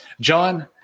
John